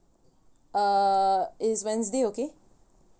uh is wednesday okay